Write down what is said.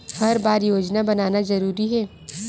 हर बार योजना बनाना जरूरी है?